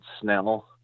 snell